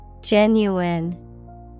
Genuine